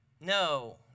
No